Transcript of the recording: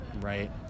Right